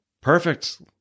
Perfect